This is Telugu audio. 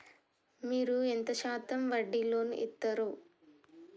మీరు ఎంత శాతం వడ్డీ లోన్ ఇత్తరు?